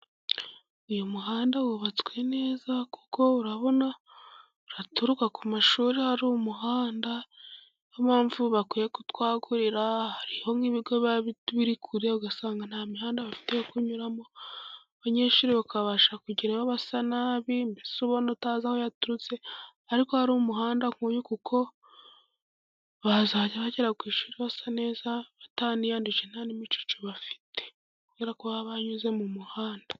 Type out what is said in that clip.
Uyu muhanda wubatswe neza, kuko urabona uraturuka ku mashuri hari umuhanda, niyo mpamvu bakwiye kutwagurira hari nk'ibigo biba biri kure, ugasanga nta mihanda bafite yo kunyuramo, abanyeshuri bakabasha kugerayo basa nabi ubona utazi aho baturutse, ariko hari umuhanda nkuyu kuko bazajya bagera ku ishuri basa neza batiyanduje nta n'imicucu bafite kubera ko baba banyuze mu muhanda.